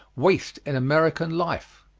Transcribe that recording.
waste in american life.